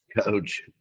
Coach